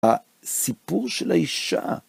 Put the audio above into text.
הסיפור של האישה